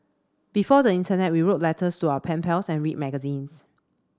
before the internet we wrote letters to our pen pals and read magazines